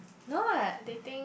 no what they think